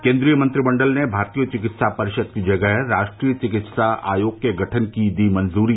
केन्द्रीय मंत्रिमंडल ने भारतीय चिकित्सा परिषद् की जगह राष्ट्रीय चिकित्सा आयोग के गठन की दी मंजूरी